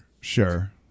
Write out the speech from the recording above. sure